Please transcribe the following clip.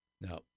Now